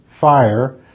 fire